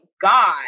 God